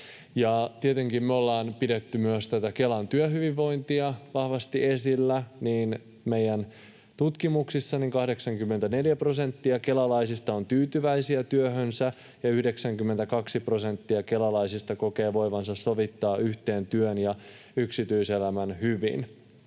Tietenkin me ollaan pidetty myös tätä Kelan työhyvinvointia vahvasti esillä, ja meidän tutkimuksissa 84 prosenttia kelalaisista on tyytyväisiä työhönsä ja 92 prosenttia kelalaisista kokee voivansa sovittaa yhteen työn ja yksityiselämän hyvin.